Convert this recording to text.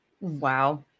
Wow